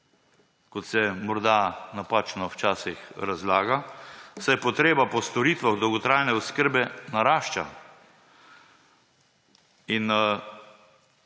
kot se morda napačno včasih razlaga, saj potreba po storitvah dolgotrajne oskrbe narašča. In